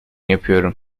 yapıyorum